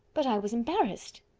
but i was embarrassed.